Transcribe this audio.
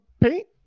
paint